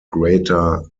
greater